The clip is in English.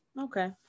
Okay